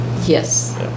Yes